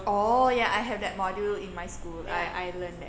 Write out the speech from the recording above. orh ya I have that module in my school I I learnt that